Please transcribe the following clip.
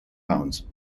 bones